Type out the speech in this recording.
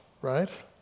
right